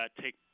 Take